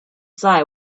side